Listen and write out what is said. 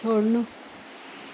छोड्नु